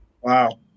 Wow